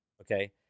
Okay